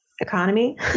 economy